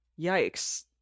yikes